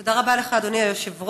תודה רבה לך, אדוני היושב-ראש.